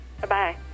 Bye-bye